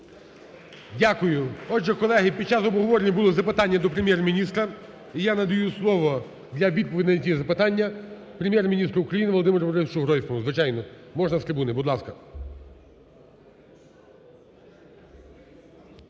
Дякую. Отже, колеги, під час обговорення були запитання до Прем'єр-міністра і я надаю слово для відповідей на ці запитання Прем'єр-міністру України Володимиру Володимировичу Гройсману, звичайно, можна з трибуни, будь ласка.